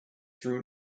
through